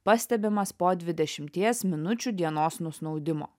pastebimas po dvidešimties minučių dienos nusnaudimo